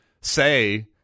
say